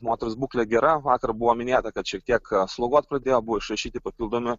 moters būklė gera vakar buvo minėta kad šiek tiek sloguot pradėjo buvo išrašyti papildomi